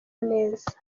neza